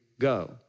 go